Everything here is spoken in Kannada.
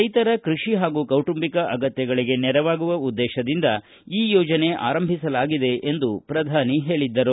ರೈತರ ಕೃಷಿ ಹಾಗೂ ಕೌಟುಂಬಿಕ ಅಗತ್ಯಗಳಿಗೆ ನೆರವಾಗುವ ಉದ್ದೇಶದಿಂದ ಈ ಯೋಜನೆ ಆರಂಭಿಸಲಾಗಿದೆ ಎಂದು ಪ್ರಧಾನಿ ಹೇಳಿದ್ದರು